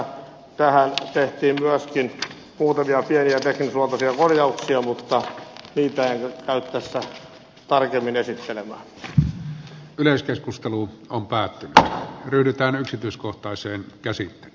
myöskin tähän tehtiin muutamia pieniä teknisluontoisia korjauksia mutta niitä en käy tässä tarkemmin esittelemään